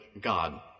God